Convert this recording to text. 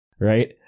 right